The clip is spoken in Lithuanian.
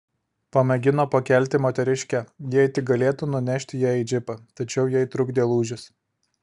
pamėgino pakelti moteriškę jei tik galėtų nunešti ją į džipą tačiau jai trukdė lūžis